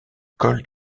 col